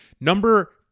Number